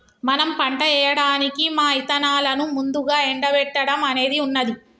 మనం పంట ఏయడానికి మా ఇత్తనాలను ముందుగా ఎండబెట్టడం అనేది ఉన్నది